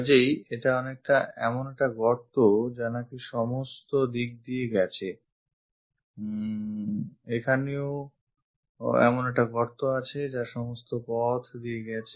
কাজেই এটা অনেকটা এমন একটা গর্ত যা নাকি সমস্ত দিক দিয়ে গেছে এখানেও এমন একটা গর্ত আছে যা সমস্ত পথ দিয়ে গেছে